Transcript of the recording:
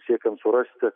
siekiant surasti